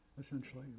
essentially